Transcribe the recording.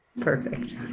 Perfect